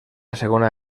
segona